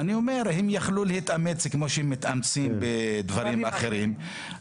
אני אומר אם יכלו להתאמץ כמו שמתאמצים בדברים אחרים,